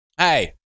Hey